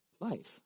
life